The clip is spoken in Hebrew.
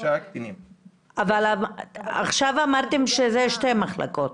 אבל עכשיו אמרתם שזה שתי מחלקות.